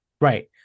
Right